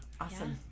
awesome